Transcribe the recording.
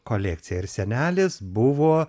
kolekciją ir senelis buvo